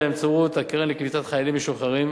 באמצעות הקרן לקליטת חיילים משוחררים,